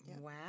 Wow